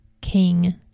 king